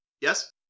Yes